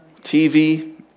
TV